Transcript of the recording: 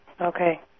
Okay